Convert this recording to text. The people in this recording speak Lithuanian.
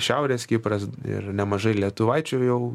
šiaurės kipras ir nemažai lietuvaičių jau